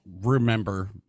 remember